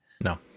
No